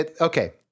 Okay